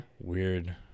weird